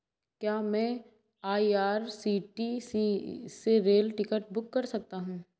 क्या मैं आई.आर.सी.टी.सी से रेल टिकट बुक कर सकता हूँ?